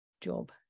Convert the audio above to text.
job